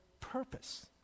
purpose